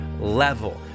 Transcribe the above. level